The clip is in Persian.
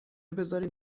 بذارین